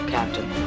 Captain